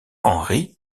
henry